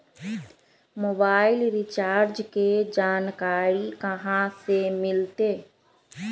Mobile recharge के जानकारी कहा से मिलतै?